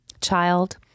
child